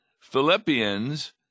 Philippians